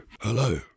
Hello